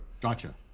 Gotcha